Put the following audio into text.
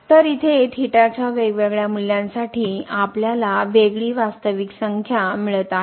तर इथे च्या वेगवेगळ्या मूल्यांसाठी आपल्याला वेगळी वास्तविक संख्या मिळत आहे